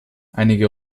einige